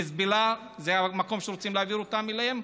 מזבלה, זה המקום שרוצים להעביר אותם אליו,